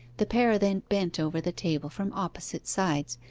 the pair then bent over the table from opposite sides,